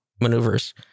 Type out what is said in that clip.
maneuvers